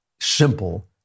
simple